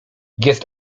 jest